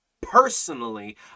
personally